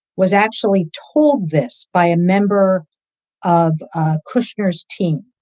was actually told this by a member of kushner's team,